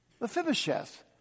Mephibosheth